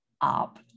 up